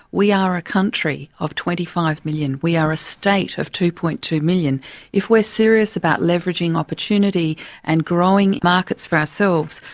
we are a country of twenty five million we are a state of two. two. million. if we're serious about leveraging opportunity and growing markets for ourselves,